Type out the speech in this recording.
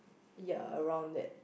ya around that